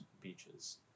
beaches